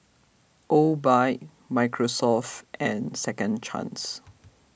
Obike Microsoft and Second Chance